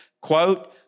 quote